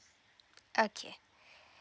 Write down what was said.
okay